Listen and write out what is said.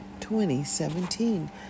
2017